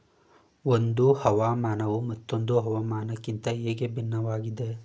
ಒಂದು ಹವಾಮಾನವು ಮತ್ತೊಂದು ಹವಾಮಾನಕಿಂತ ಹೇಗೆ ಭಿನ್ನವಾಗಿದೆ?